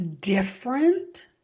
different